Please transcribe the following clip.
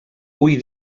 hui